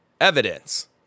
evidence